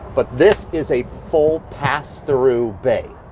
but this is a full pass through bay.